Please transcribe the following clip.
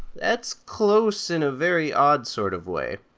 that's close in a very odd sort of way.